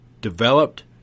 developed